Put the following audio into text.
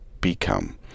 become